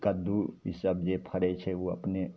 कद्दू ई सब जे फड़ै छै ओ अपने